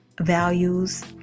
values